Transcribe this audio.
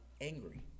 angry